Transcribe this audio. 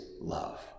love